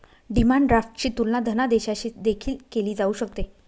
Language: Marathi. डिमांड ड्राफ्टची तुलना धनादेशाशी देखील केली जाऊ शकते